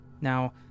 Now